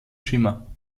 schimmer